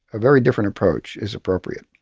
a very different approach is appropriate.